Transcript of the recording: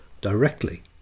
directly